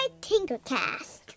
Tinkercast